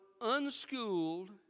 unschooled